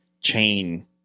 chain